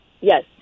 Yes